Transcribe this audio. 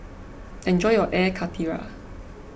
enjoy your Air Karthira